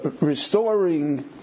restoring